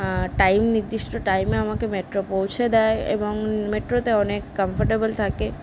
আর time নির্দিষ্ট টাইমে আমাকে মেট্রো পৌঁছে দেয় এবং মেট্রোতে অনেক কম্ফর্টেবল থাকে